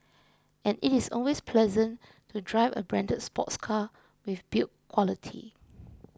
and it is always pleasant to drive a branded sports car with build quality